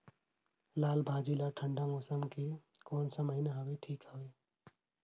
लालभाजी ला ठंडा मौसम के कोन सा महीन हवे ठीक हवे?